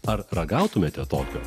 ar ragautumėte tokio